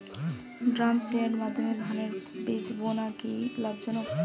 ড্রামসিডারের মাধ্যমে ধানের বীজ বোনা কি লাভজনক?